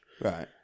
Right